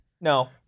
No